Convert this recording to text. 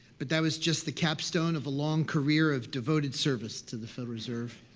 but that was just the capstone of a long career of devoted service to the federal reserve.